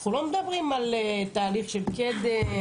אנחנו לא מדברים על תהליך של קדם,